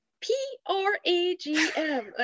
P-R-A-G-M